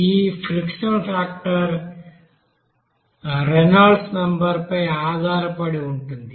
ఈ frictional factor Reynolds నెంబర్పై ఆధారపడి ఉంటుంది